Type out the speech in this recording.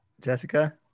Jessica